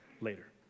later